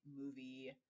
movie